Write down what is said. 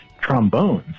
trombones